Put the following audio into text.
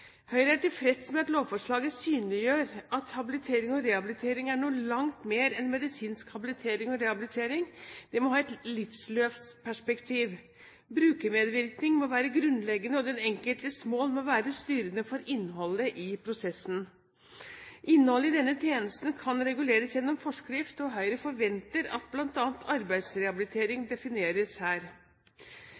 Høyre er tilfreds med at lovforslaget synliggjør at habilitering og rehabilitering er noe langt mer enn medisinsk habilitering og rehabilitering. Det må ha et livsløpsperspektiv. Brukermedvirkning må være grunnleggende, og den enkeltes mål må være styrende for innholdet i prosessen. Innholdet i denne tjenesten kan reguleres gjennom forskrift, og Høyre forventer at bl.a. arbeidsrehabilitering defineres